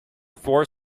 for